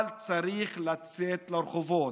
אבל צריך לצאת לרחובות.